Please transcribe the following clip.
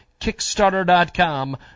kickstarter.com